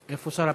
איפה שר הפנים?